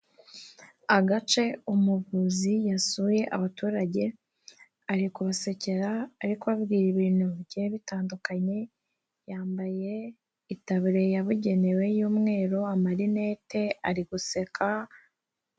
Agace umuvuzi yasuye abaturage, ari kubasekera, ari kubabwira ibintu bigiye bitandukanye, yambaye itaburiya yabugenewe y'umweru, amarinete, ari guseka.